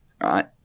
right